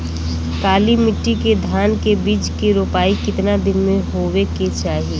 काली मिट्टी के धान के बिज के रूपाई कितना दिन मे होवे के चाही?